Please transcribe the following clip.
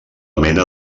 mena